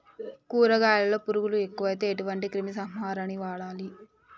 కూరగాయలలో పురుగులు ఎక్కువైతే ఎటువంటి క్రిమి సంహారిణి వాడాలి?